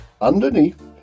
underneath